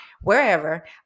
wherever